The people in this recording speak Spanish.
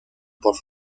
por